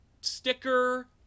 sticker